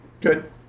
Good